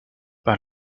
par